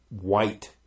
white